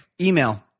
Email